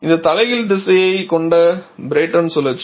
இது தலைகீழ் திசைகளைக் கொண்ட பிரைட்டன் சுழற்சி